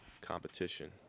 competition